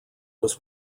was